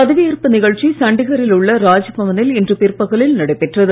பதவியேற்பு நிகழ்ச்சி சண்டிகரில் உள்ள ராஜ்பவனில் இன்று பிற்பகலில் நடைபெற்றது